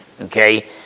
okay